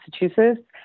Massachusetts